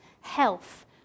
health